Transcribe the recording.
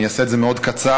אני אעשה את זה מאוד קצר.